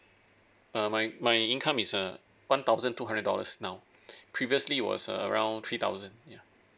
uh my my income is uh one thousand two hundred dollars now previously was uh around three thousand ya